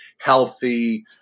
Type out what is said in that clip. healthy